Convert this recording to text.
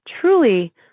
truly